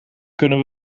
kunnen